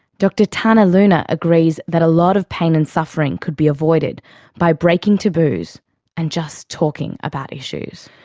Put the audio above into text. dr tane ah luna agrees that a lot of pain and suffering could be avoided by breaking taboos and just talking about issues.